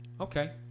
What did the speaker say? okay